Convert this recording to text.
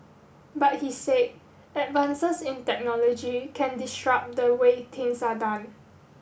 but he said advances in technology can disrupt the way things are done